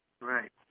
Right